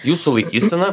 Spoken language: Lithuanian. jūsų laikysena